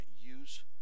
use